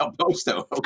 Posto